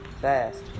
fast